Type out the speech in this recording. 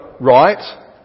right